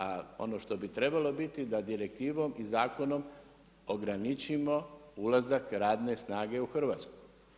A ono što bi trebalo biti da direktivom i zakonom ograničimo ulazak radne snage u Hrvatsku.